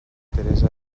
teresa